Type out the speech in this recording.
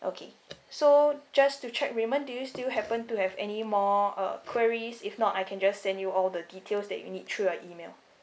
okay so just to check raymond do you still happen to have anymore uh queries if not I can just send you all the details that you need through your email